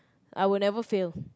I would never fail